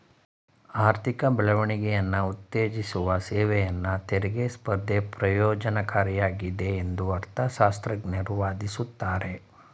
ಆರ್ಥಿಕ ಬೆಳವಣಿಗೆಯನ್ನ ಉತ್ತೇಜಿಸುವ ಸೇವೆಯನ್ನ ತೆರಿಗೆ ಸ್ಪರ್ಧೆ ಪ್ರಯೋಜ್ನಕಾರಿಯಾಗಿದೆ ಎಂದು ಅರ್ಥಶಾಸ್ತ್ರಜ್ಞರು ವಾದಿಸುತ್ತಾರೆ